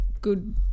good